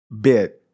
bit